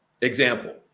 Example